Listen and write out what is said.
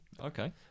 Okay